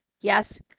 Yes